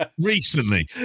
Recently